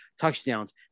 touchdowns